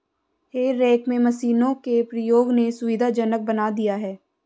हे rake में मशीनों के प्रयोग ने सुविधाजनक बना दिया है